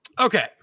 Okay